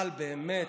אבל באמת,